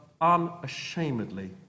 unashamedly